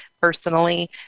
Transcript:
personally